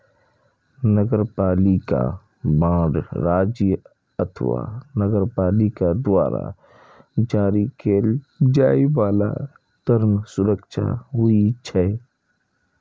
नगरपालिका बांड राज्य अथवा नगरपालिका द्वारा जारी कैल जाइ बला ऋण सुरक्षा होइ छै